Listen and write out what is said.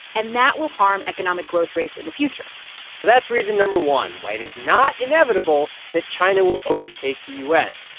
and that will harm economic growth rates in the future so that's reason no. one why it is not inevitable that china will overtake the u s.